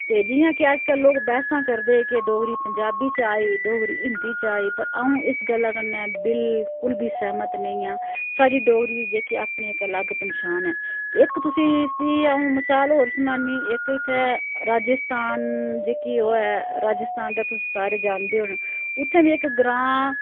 ते जियां कि अज्जकल लोक बैह्सां करदे कि डोगरी पंजाबी चा आई डोगरी हिंदी चा आई पर आऊं इस गल्लै कन्नै बिल्कुल बी सैह्मत नेईं आं साढ़ी डोगरी दी जेह्की अपनी इक अलग पंछान ऐ इक तुसें इसदी आ'ऊं मसाल होर सनानी इक इत्थैं राजस्थान जेह्की ओह् ऐ राजस्थान ते तुस सारे जानदे होने उत्थें बी इक ग्रांऽ